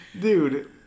Dude